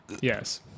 Yes